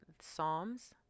Psalms